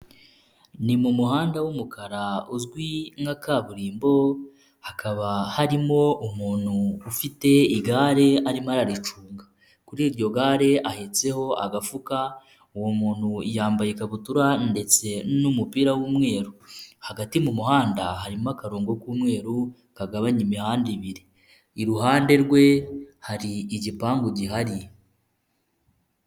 Ni mu muhanda w'umukara uzwi nka kaburimbo, hakaba harimo umuntu ufite igare arimo aracunga. Kuri iryo gare ahetseho agafuka uwo muntu yambaye ikabutura, ndetse n'umupira w'umweru hagati mu muhanda harimo akarongo k'umweru kagabanya imihanda ibiri, iruhande rwe hari igipangu gihari.